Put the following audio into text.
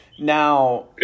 Now